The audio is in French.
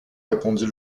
répondit